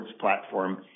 platform